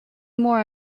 more